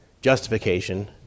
Justification